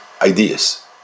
ideas